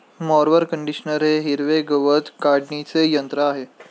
mower conditioner हे हिरवे गवत काढणीचे यंत्र आहे